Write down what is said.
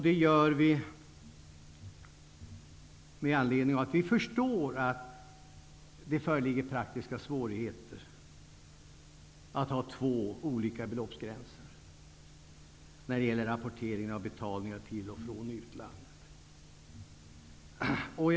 Det gör vi med anledning av att vi förstår att det föreligger praktiska svårigheter att ha två olika beloppsgränser när det gäller rapportering av betalningar till och från utlandet.